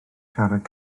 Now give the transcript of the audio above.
siarad